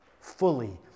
fully